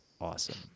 awesome